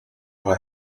her